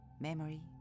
memory